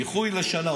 דיחוי לשנה.